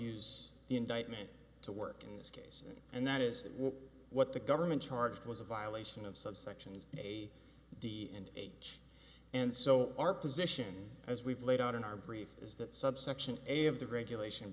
use the indictment to work in this case and that is what the government charged was a violation of subsections a d and age and so our position as we've laid out in our brief is that subsection a of the regulation